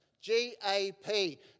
G-A-P